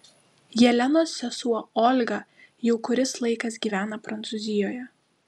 jelenos sesuo olga jau kuris laikas gyvena prancūzijoje